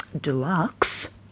deluxe